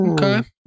okay